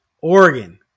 Oregon